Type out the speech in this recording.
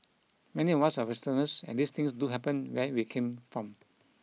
many of us are Westerners and these things do happen where we come from